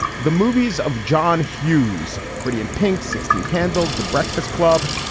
the movies of john hughes, pretty in pink, sixteen candles, the breakfast club.